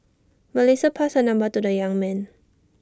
Melissa passed her number to the young man